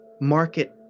market